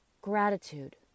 gratitude